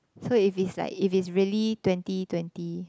so if it's like if it's really twenty twenty